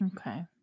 Okay